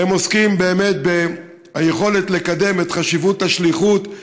והם עוסקים באמת ביכולת לקדם את חשיבות השליחות,